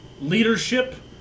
leadership